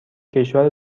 کشور